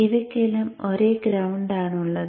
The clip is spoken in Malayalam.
ഇവയ്ക്കെല്ലാം ഒരേ ഗ്രൌണ്ടാണുള്ളത്